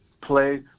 play